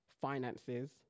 finances